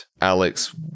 Alex